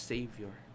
Savior